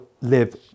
live